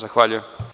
Zahvaljujem.